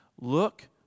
look